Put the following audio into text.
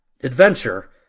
adventure